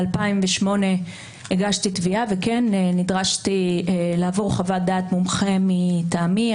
ב-2008 הגשתי תביעה ונדרשתי לעבור חוות דעת מומחה מטעמי.